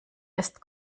ist